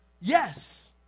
Yes